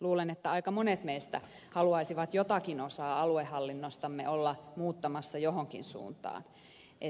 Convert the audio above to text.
luulen että aika monet meistä haluaisivat jotakin osaa aluehallinnostamme olla muuttamassa johonkin suuntaan